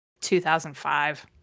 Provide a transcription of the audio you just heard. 2005